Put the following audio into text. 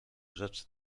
rzecz